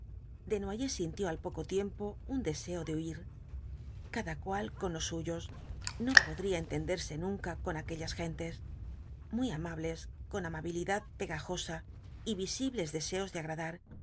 estuvieron allá desnoyers sintió al poco tiempo un deseo de huir cada cual con los suyos no podría entenderse nunca con aquellas gentes muy amables con amabilidad pegajosa y visibles deseos de agradar